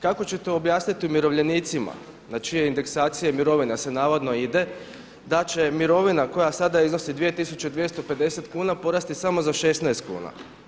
Kako ćete objasniti umirovljenicima na čije indeksacije mirovina se navodno ide, da će mirovina koja sada iznosi 2250 kuna porasti samo za 16 kuna.